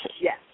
yes